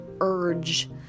urge